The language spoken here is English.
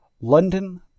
London